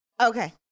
Okay